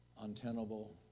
untenable